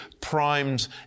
primed